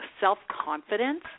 self-confidence